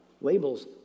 labels